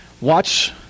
Watch